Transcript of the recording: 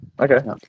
Okay